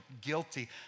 guilty